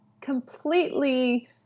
completely